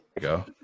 Go